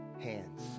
hands